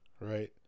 Right